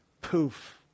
poof